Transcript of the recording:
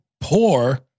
poor